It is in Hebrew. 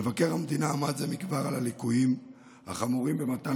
מבקר המדינה עמד זה מכבר על הליקויים החמורים במתן